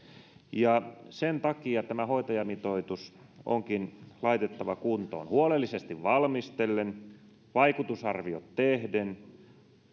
ja sen takia tämä hoitajamitoitus onkin laitettava kuntoon huolellisesti valmistellen vaikutusarviot tehden